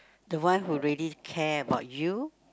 the one who really care about you